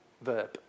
verb